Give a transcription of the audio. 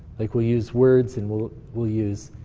like we'll use words, and we'll we'll use